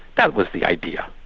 that was the idea.